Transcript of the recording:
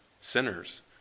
sinners